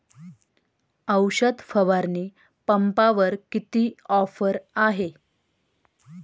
औषध फवारणी पंपावर किती ऑफर आहे?